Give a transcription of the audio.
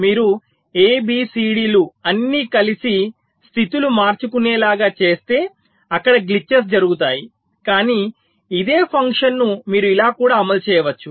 మీరు A B C D లు అన్ని కలిసి స్థితులు మార్చుకునేలాగా చేస్తే అక్కడ గ్లిట్చెస్ జరుగుతాయి కానీ ఇదే ఫంక్షన్ ను మీరు ఇలా కూడా అమలు చేయవచ్చు